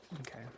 Okay